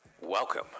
Welcome